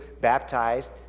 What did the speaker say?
baptized